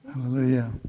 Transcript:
Hallelujah